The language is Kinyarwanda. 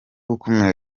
gukumira